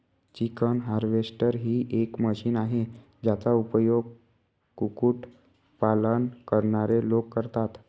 chicken harvester ही एक machine आहे, ज्याचा उपयोग कुक्कुट पालन करणारे लोक करतात